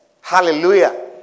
Hallelujah